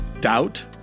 doubt